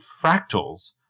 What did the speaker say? Fractals